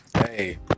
Hey